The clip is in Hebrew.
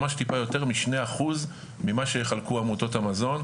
ממש טיפה יותר משני אחוז ממה שיחלקו עמותות המזון.